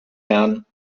herren